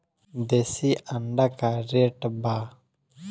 देशी अंडा का रेट बा?